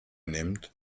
nimmt